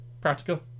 Practical